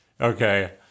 Okay